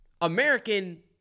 American